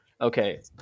Okay